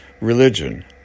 religion